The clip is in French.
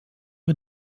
est